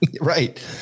Right